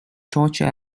torture